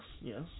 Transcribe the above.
yes